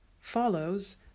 follows